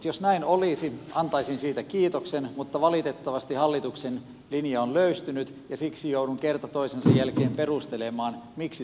jos näin olisi antaisin siitä kiitoksen mutta valitettavasti hallituksen linja on löystynyt ja siksi joudun kerta toisensa jälkeen perustelemaan miksi se on löystynyt